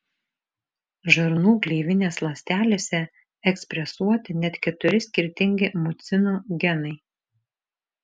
žarnų gleivinės ląstelėse ekspresuoti net keturi skirtingi mucinų genai